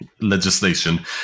legislation